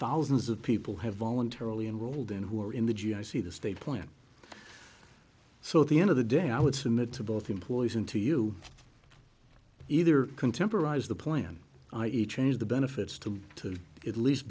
thousands of people have voluntarily enrolled in who are in the g i c the state plan so at the end of the day i would submit to both employers and to you either contemporize the plan i e change the benefits to to at least